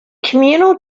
communal